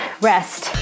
rest